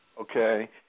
okay